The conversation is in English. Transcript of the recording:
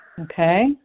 okay